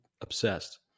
obsessed